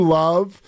love